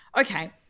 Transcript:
Okay